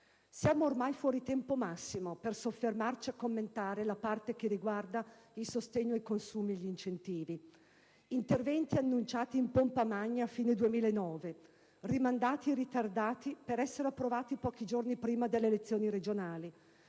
Siamo ormai fuori tempo massimo per soffermarci a commentare la parte che riguarda il sostegno ai consumi e gli incentivi, interventi annunciati in pompa magna a fine 2009, rimandati o ritardati per essere approvati pochi giorni prima delle elezioni regionali,